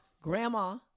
Grandma